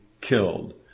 killed